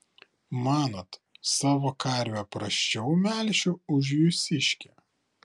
manot savo karvę prasčiau melšiu už jūsiškę